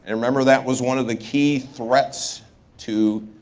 and remember that was one of the key threats to